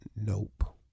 Nope